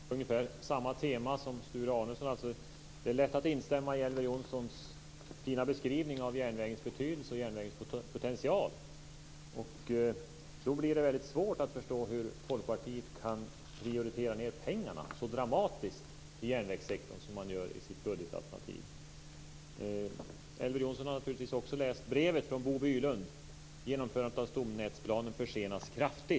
Fru talman! Det gäller ungefär samma tema som det som Sture Arnesson tog upp. Det är lätt att instämma i Elver Jonssons fina beskrivning av järnvägens betydelse och potential. Men det blir väldigt svårt att förstå hur Folkpartiet så dramatiskt, som man ju gör i sitt budgetalternativ, kan prioritera ned pengarna till järnvägssektorn. Elver Jonsson har naturligtvis också läst brevet från Bo Bylund - att genomförandet av stomnätsplanen kraftigt försenas.